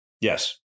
Yes